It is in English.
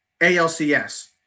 ALCS